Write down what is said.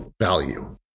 value